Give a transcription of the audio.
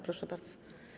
Proszę bardzo.